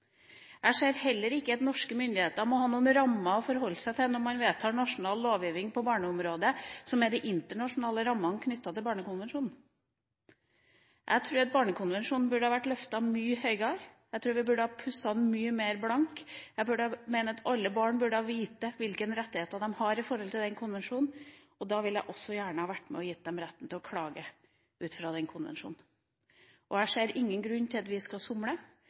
Jeg ser heller ikke at norske myndigheter må ha noen rammer å forholde seg til når man vedtar nasjonal lovgiving på barneområdet, som er de internasjonale rammene knyttet til Barnekonvensjonen. Jeg tror at Barnekonvensjonen burde ha vært løftet mye høyere, og jeg tror vi burde ha pusset den mye blankere. Jeg mener at alle barn burde vite hvilke rettigheter de har i forhold til konvensjonen, og da vil jeg også gjerne ha vært med og gitt dem retten til å klage ut fra den konvensjonen. Jeg ser ingen grunn til at vi skal somle,